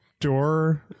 door